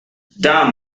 damn